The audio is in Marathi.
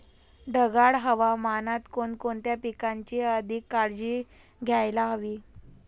ढगाळ हवामानात कोणकोणत्या पिकांची अधिक काळजी घ्यायला हवी?